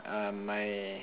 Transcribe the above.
uh my